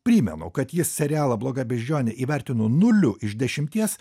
primenu kad jis serialą bloga beždžionė įvertino nuliu iš dešimties